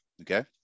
Okay